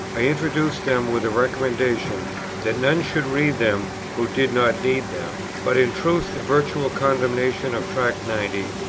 i introduced them with a recommendation that none should read them who did not need them. but in truth the virtual condemnation of tract ninety,